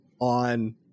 on